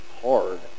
hard